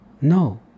No